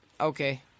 Okay